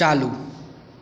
चालू